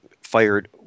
fired